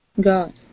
God